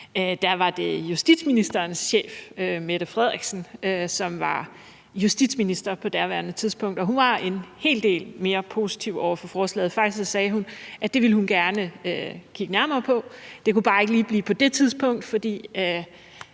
– var det justitsministerens chef, statsministeren, som var justitsminister på daværende tidspunkt, og hun var en hel del mere positiv over for forslaget. Faktisk sagde hun, at det ville hun gerne kigge nærmere på. Det kunne bare ikke blive på det tidspunkt, for